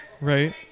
right